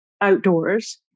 outdoors